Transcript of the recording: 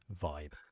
vibe